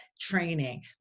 training